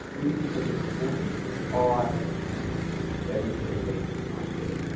really because your proportions are stereotypically attractive.